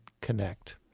connect